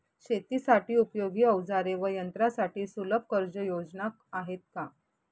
शेतीसाठी उपयोगी औजारे व यंत्रासाठी सुलभ कर्जयोजना आहेत का?